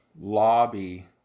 lobby